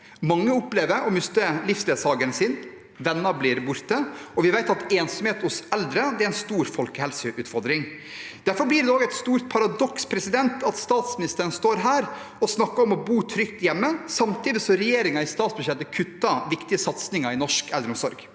Mange opplever å miste livsledsageren sin, og venner blir borte. Vi vet at ensomhet hos eldre er en stor folkehelseutfordring. Derfor blir det et stort paradoks at statsministeren står her og snakker om å bo trygt hjemme samtidig som regjeringen i statsbudsjettet kutter viktige satsinger i norsk eldreomsorg.